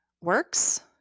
works